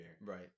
Right